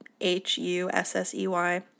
H-U-S-S-E-Y